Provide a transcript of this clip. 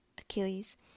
Achilles